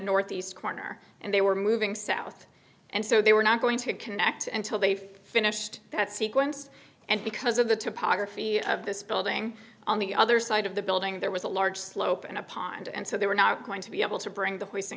northeast corner and they were moving south and so they were not going to connect until they finished that sequence and because of the topography of this building on the other side of the building there was a large slope and a pond and so they were not going to be able to bring the